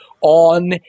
on